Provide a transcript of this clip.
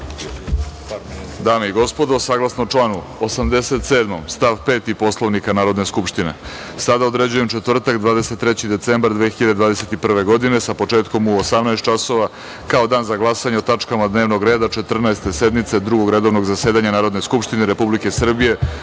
i gospodo, saglasno članu 87. stav 5. Poslovnika Narodne skupštine sada određujem četvrtak 23. decembar 2021. godine, sa početkom u 18.00 časova, kao Dan za glasanje o tačkama dnevnog reda Četrnaeste sednice Drugog redovnog zasedanja Narodne skupštine Republike Srbije